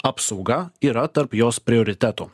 apsauga yra tarp jos prioritetų